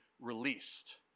released